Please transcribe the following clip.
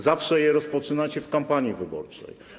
Zawsze je rozpoczynacie w kampanii wyborczej.